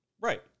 right